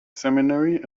seminary